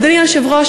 אדוני היושב-ראש,